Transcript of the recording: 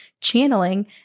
channeling